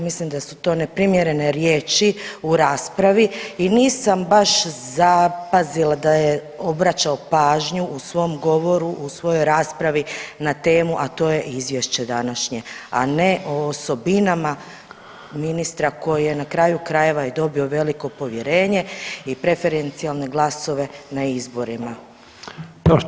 Mislim da su to neprimjerene riječi u raspravi i nisam baš zapazila da je obraćao pažnju u svom govoru, u svojoj raspravi na temu a to je izvješće današnje, a ne o osobinama ministra koje na kraju krajeva je dobio veliko povjerenje i preferencijalne glasove na izborima.